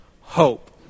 hope